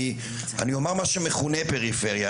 אני אומר מה שמכונה פריפריה,